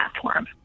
platform